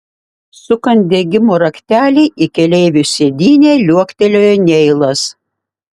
sukant degimo raktelį į keleivio sėdynę liuoktelėjo neilas